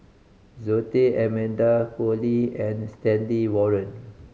Zoe Tay Amanda Koe Lee and Stanley Warren